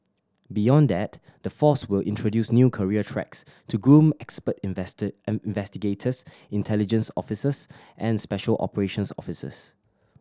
beyond that the force will introduce new career tracks to groom expert investor investigators intelligence officers and special operations officers